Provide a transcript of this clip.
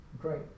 great